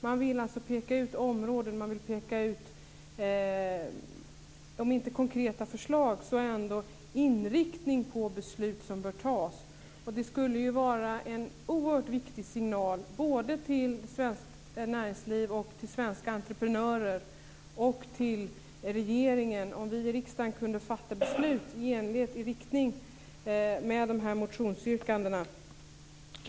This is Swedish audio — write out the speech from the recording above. Man vill peka ut områden och om inte konkreta förslag så ändå inriktning på de beslut som bör fattas. Det skulle ju vara en oerhört viktig signal både till svenskt näringsliv, till svenska entreprenörer och till regeringen om vi i riksdagen kunde fatta beslut i linje med de här motionsyrkandena.